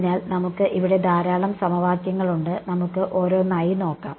അതിനാൽ നമുക്ക് ഇവിടെ ധാരാളം സമവാക്യങ്ങളുണ്ട് നമുക്ക് ഓരോന്നായി നോക്കാം